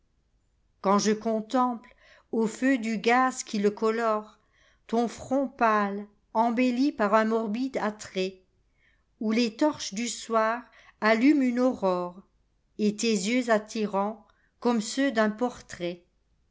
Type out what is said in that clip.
quand je contemple aux feux du gaz qui le colore ton front pâle embelli par un morbide attrait où les torches du soir allument une aurore et tes yeux attirants comme ceux d'un portrait